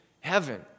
heaven